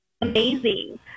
amazing